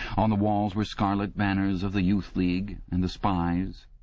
on the walls were scarlet banners of the youth league and the spies,